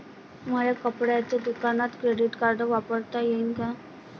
मले कपड्याच्या दुकानात क्रेडिट कार्ड वापरता येईन का?